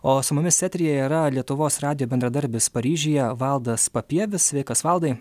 o su mumis eteryje yra lietuvos radijo bendradarbis paryžiuje valdas papievis sveikas valdai